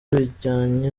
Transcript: byajyanye